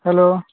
hello